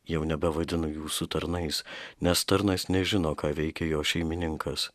jau nebevadinu jūsų tarnais nes tarnas nežino ką veikia jo šeimininkas